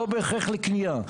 לא בהכרח לקנייה,